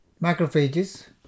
Macrophages